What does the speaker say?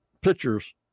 pictures